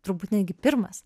turbūt netgi pirmas